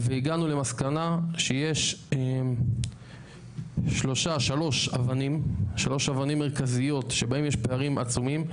והגענו למסקנה שיש שלוש אבנים מרכזיות שבהן יש פערים עצומים,